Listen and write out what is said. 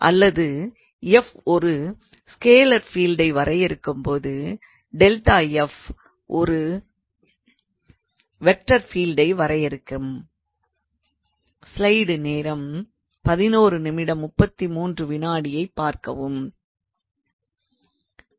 அல்லது f ஒரு scalar ஃபீல்டை வறையறுக்கும்போது ∇𝑓 ஒரு வெக்டார் ஃபீல்டை வரையறுக்கிறது